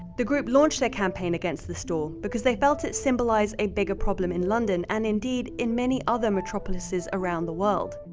the group launched their campaign against the store because they felt it symbolized a bigger problem in london, and, indeed, in many other metropolises around the world.